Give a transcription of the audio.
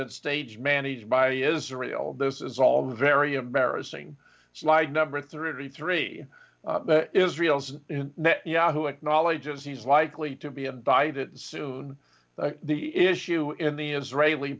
that stage managed by israel this is all very embarrassing slide number thirty three israel's yahoo acknowledges he's likely to be and by that soon the issue in the israeli